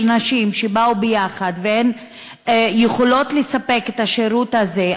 נשים שבאו יחד והן יכולות לספק את השירות הזה.